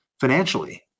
financially